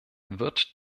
wird